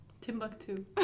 Timbuktu